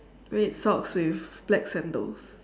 red socks with black sandals